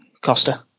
Costa